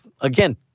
again